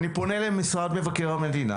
אני פונה למשרד מבקר המדינה